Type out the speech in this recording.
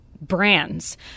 brands